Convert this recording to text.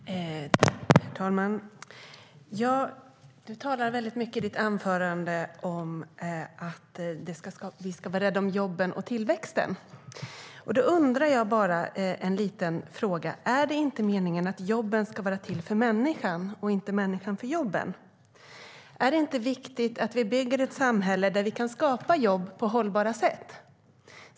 STYLEREF Kantrubrik \* MERGEFORMAT LuftfartsfrågorHerr talman! Robert Halef talar mycket i sitt anförande om att vi ska vara rädda om jobben och tillväxten. Jag har bara en liten fråga. Jag undrar om det inte är meningen att jobben ska vara till för människan, och inte människan till för jobben. Är det inte viktigt att vi bygger ett samhälle där vi kan skapa jobb på hållbara sätt?